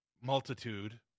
Multitude